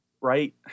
Right